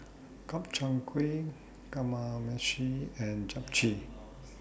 Gobchang Gui Kamameshi and Japchae